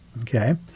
okay